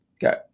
Got